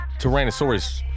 Tyrannosaurus